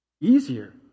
easier